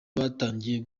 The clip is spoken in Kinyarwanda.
batangiye